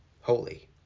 holy